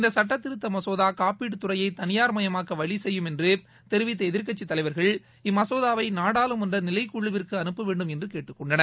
இந்த சட்ட திருத்த மசோதா காப்பீட்டு துறையை தனியார் மயமாக்க வழி செய்யும் என்று தெரிவித்த எதிர்கட்சி தலைவர்கள் இம்மசோதாவை நடாளுமான்ற நிலைக்குழுவிற்கு அனுப்ப வேண்டும் என்று கேட்டுக்கொண்டனர்